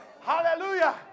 Hallelujah